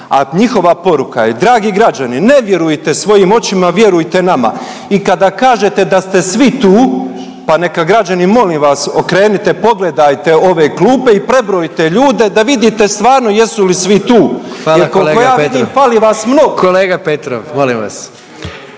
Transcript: A njihova poruka je dragi građani ne vjerujte svojim očima, vjerujte nama. I kada kažete da ste svi tu pa neka građani molim vas okrenite pogledajte ove klupe i prebrojte ljude da vidite stvarno jesu li svi tu …/Upadica: Hvala kolega Petrov./… jer koliko ja vidim fali vas